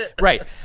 Right